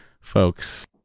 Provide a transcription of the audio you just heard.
folks